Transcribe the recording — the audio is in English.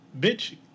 bitch